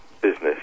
business